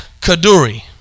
Kaduri